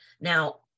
now